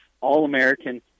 all-American